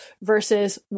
versus